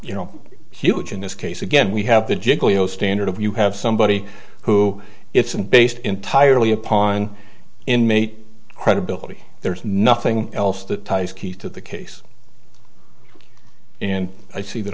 you know huge in this case again we have the giglio standard of you have somebody who isn't based entirely upon inmate credibility there's nothing else that ties key to the case and i see that